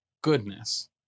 goodness